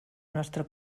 nostra